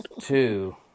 Two